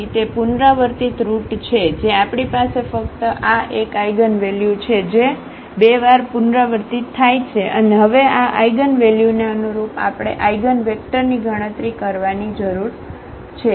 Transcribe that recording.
તેથી તે પુનરાવર્તિત રુટ છે જે આપણી પાસે ફક્ત આ એક આઇગનવેલ્યુ છે જે 2 વાર પુનરાવર્તિત થાય છે અને હવે આ આઇગનવેલ્યુ ને અનુરૂપ આપણે આઇગનવેક્ટરની ગણતરી કરવાની જરૂર છે